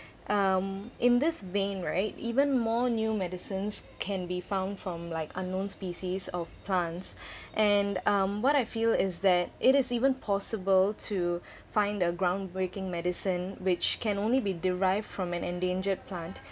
um in this vein right even more new medicines can be found from like unknown species of plants and um what I feel is that it is even possible to find a groundbreaking medicine which can only be derived from an endangered plant